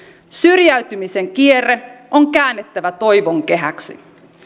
syrjäytymisen kierre on käännettävä toivon kehäksi